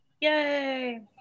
Yay